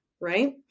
right